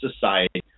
society